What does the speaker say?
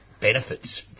benefits